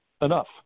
Enough